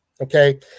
Okay